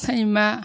सैमा